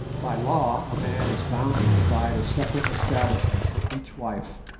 by law a man is bound to provide a separate establishment for each wife.